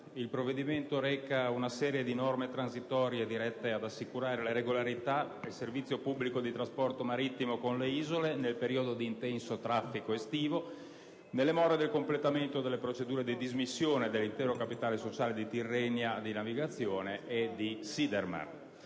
il provvedimento in esame reca una serie di norme transitorie dirette ad assicurare la regolarità del servizio pubblico di trasporto marittimo con le isole nel periodo di intenso traffico estivo, nelle more del completamento delle procedure di dismissione dell'intero capitale sociale di Tirrenia di Navigazione Spa e della